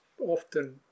often